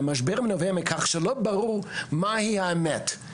ומשבר נובע מכך שלא ברור מה היא האמת.